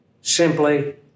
simply